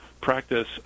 practice